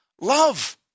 love